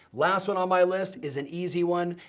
last one on my list is an easy one.